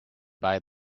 buy